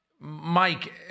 Mike